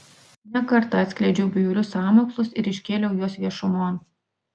ne kartą atskleidžiau bjaurius sąmokslus ir iškėliau juos viešumon